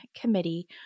committee